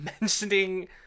mentioning